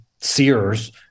Sears